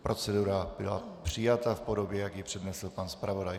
Procedura byla přijata v podobě, jak ji přednesl pan zpravodaj.